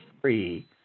free